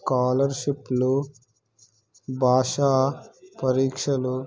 స్కాలర్షిప్లు భాషా పరీక్షలు